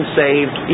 saved